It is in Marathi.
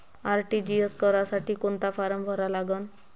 आर.टी.जी.एस करासाठी कोंता फारम भरा लागन?